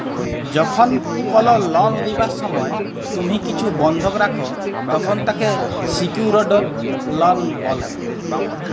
যখল কল লল লিয়ার সময় তুম্হি কিছু বল্ধক রাখ, তখল তাকে সিকিউরড লল ব্যলে